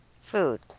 food